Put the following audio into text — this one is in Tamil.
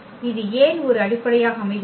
இது ஏன் ஒரு அடிப்படையாக அமைகிறது